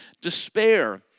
despair